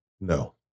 No